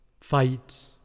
fights